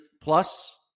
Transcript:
plus